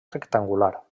rectangular